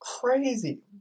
crazy